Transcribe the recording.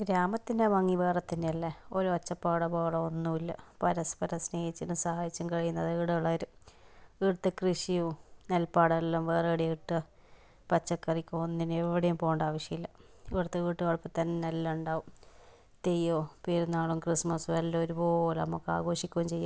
ഗ്രാമത്തിന്റെ ഭംഗി വേറെ തന്നെയല്ലേ ഒരു ഒച്ചപാടോ ബഹളമോ ഒന്നൂമില്ല പരസ്പരം സ്നേഹിച്ചിട്ടും സഹായിച്ചും കഴിയുന്നവരാണ് ഇവിടെയുള്ളവർ ഇവിടുത്തെ കൃഷിയും നെല്പ്പാടമെല്ലാം വേറെ എവിടെയാണ് കിട്ടുക പച്ചക്കറിക്ക് ഒന്നിനും എവിടെയും പോകണ്ട ആവശ്യം ഇല്ല ഇവിടുത്തെ വീട്ടു വളപ്പില് തന്നെ എല്ലാം ഉണ്ടാകും തെയ്യമോ പെരുന്നാളോ ക്രിസ്തുമസ്സോ എല്ലാം ഒരുപോലെ നമുക്ക് ആഘോഷിക്കുകയും ചെയ്യാം